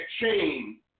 chain